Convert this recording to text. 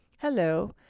Hello